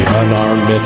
unarmed